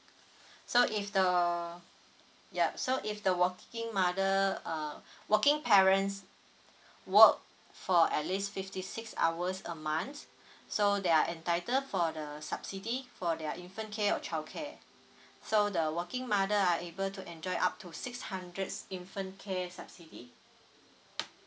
so if the yup so if the working mother uh working parents work for at least fifty six hours a month so there are entitled for the subsidy for their infant care of childcare so the working mother are able to enjoy up to six hundreds infant care subsidy